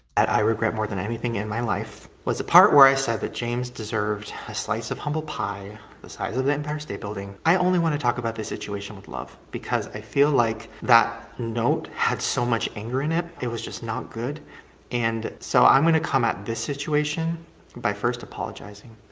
i regret more than anything in my life was the part where i said that james deserved a slice of humble pie the size of the empire state building. i only want to talk about the situation with love because i feel like that note had so much anger in it, it was just not good and so i'm gonna come at this situation by first apologizing.